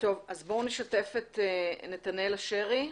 אז בואו נשתף את נתנאל אושרי.